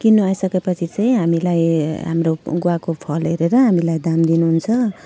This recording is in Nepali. किन्नु आइसकेपछि चाहिँ हामीलाई हाम्रो गुवाको फल हेरेर हामीलाई दाम दिनुहुन्छ